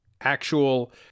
actual